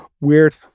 Weird